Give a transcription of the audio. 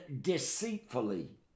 deceitfully